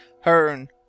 Hearn